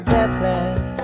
Deathless